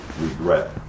regret